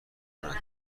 کند